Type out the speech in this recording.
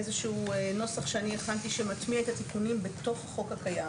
איזשהו נוסח שאני הכנתי שמטמיע את התכנים בתוך החוק הקיים.